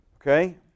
Okay